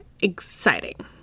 exciting